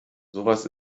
sowas